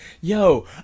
yo